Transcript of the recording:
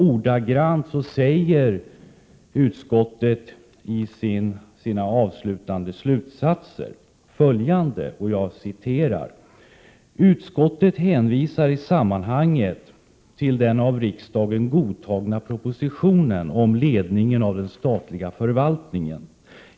Ordagrant säger utskottet i sina avslutande slutsatser följande: ”Utskottet hänvisar i sammanhanget till den av riksdagen godtagna propositionen om ledningen av den statliga förvaltningen.